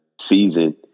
season